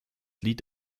lied